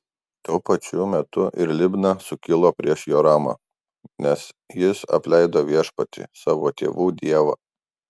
tuo pačiu metu ir libna sukilo prieš joramą nes jis apleido viešpatį savo tėvų dievą